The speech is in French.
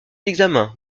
d’examen